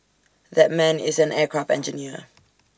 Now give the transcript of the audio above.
that man is an aircraft engineer